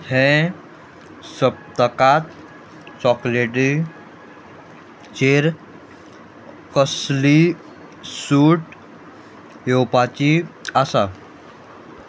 हें सप्तकांत चॉकलेटीचेर कसली सूट येवपाची आसा